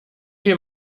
wie